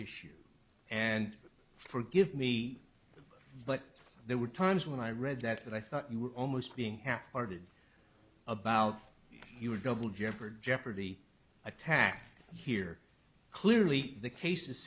issue and forgive me but there were times when i read that i thought you were almost being half hearted about your double jeopardy jeopardy attack here clearly the case